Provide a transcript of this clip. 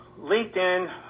LinkedIn